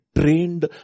trained